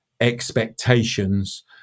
expectations